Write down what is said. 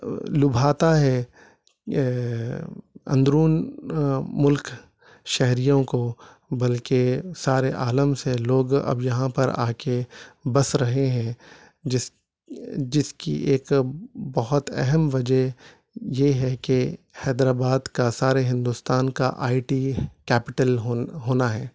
لبھاتا ہے اندرون ملک شہریوں کو بلکہ سارے عالم سے لوگ اب یہاں پر آ کے بس رہے ہیں جس جس کی ایک بہت اہم وجہ یہ ہے کہ حیدرآباد کا سارے ہندوستان کا آئی ٹی کیپیٹل ہونا ہے